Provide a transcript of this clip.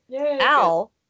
Al